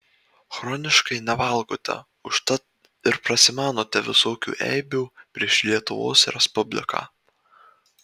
chroniškai nevalgote užtat ir prasimanote visokių eibių prieš lietuvos respubliką